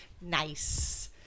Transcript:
Nice